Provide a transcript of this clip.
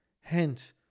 Hence